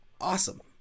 awesome